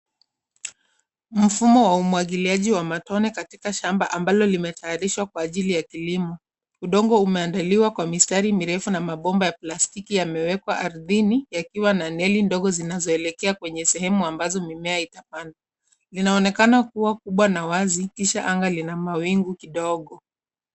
Mfumo wa umwagiliaji wa matone katika shamba ambalo limetayarishwa kwa ajili ya kilimo, udongo umeandaliwa kwa mistari mirefu na mabomba ya plastiki yamewekwa ardhini yakiwa na neli ndogo zinazoelekea kwenye sehemu ambazo mimea hijapandwa linaonekana kua kubwa na wazi kisha anga lina mawingu kidogo.